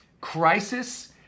Crisis